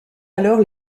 alors